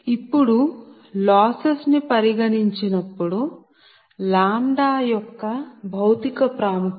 ఇప్పుడు లాసెస్ ని పరిగణించినప్పుడు λ యొక్క భౌతిక ప్రాముఖ్యత